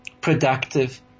productive